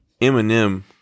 Eminem